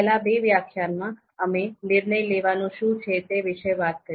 પહેલા બે વ્યાખ્યાનમાં અમે નિર્ણય લેવાનું શું છે તે વિશે વાત કરી